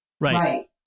Right